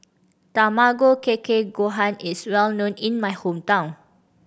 Tamago Kake Gohan is well known in my hometown